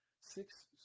six